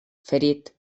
ferit